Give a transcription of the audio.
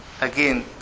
again